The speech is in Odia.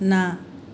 ନା